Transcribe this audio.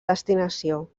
destinació